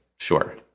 Sure